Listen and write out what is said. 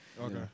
Okay